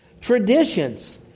traditions